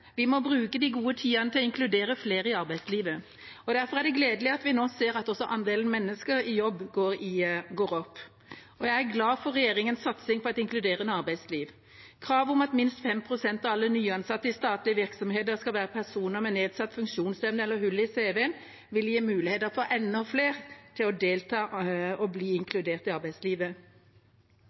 vi må bruke de gode tidene til å inkludere flere i arbeidslivet, og derfor er det gledelig at vi nå ser at også andelen mennesker i jobb går opp. Jeg er glad for regjeringas satsing på et inkluderende arbeidsliv. Kravet om at minst 5 pst. av alle nyansatte i statlige virksomheter skal være personer med nedsatt funksjonsevne eller hull i cv-en, vil gi muligheter for enda flere til å delta og bli inkludert i arbeidslivet.